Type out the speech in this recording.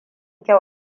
kyau